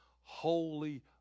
holy